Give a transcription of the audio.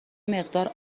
مقدار